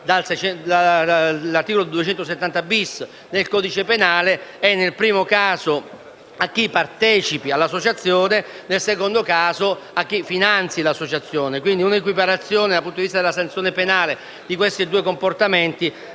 dall'articolo 270-*bis* del codice penale, questa è, nel primo caso, relativa a chi partecipa all'associazione e, nel secondo caso, a chi finanzia l'associazione. Quindi, un'equiparazione dal punto di vista della sanzione penale di questi due comportamenti